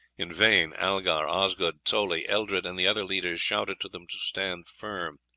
in vain algar, osgot, toley, eldred, and the other leaders shouted to them to stand firm.